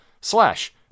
slash